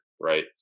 right